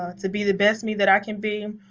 ah to be the best me that i can be.